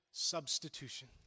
substitution